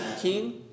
king